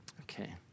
Okay